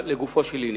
לגופו של עניין,